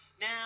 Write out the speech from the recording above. Now